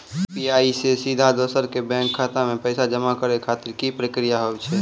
UPI से सीधा दोसर के बैंक खाता मे पैसा जमा करे खातिर की प्रक्रिया हाव हाय?